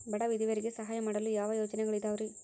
ಬಡ ವಿಧವೆಯರಿಗೆ ಸಹಾಯ ಮಾಡಲು ಯಾವ ಯೋಜನೆಗಳಿದಾವ್ರಿ?